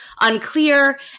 unclear